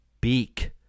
Beak